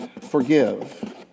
forgive